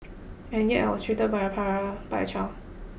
and yet I was treated like a pariah by a child